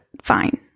fine